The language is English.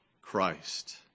Christ